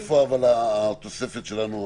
איפה התוספת שלנו המרכזית,